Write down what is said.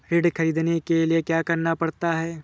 ऋण ख़रीदने के लिए क्या करना पड़ता है?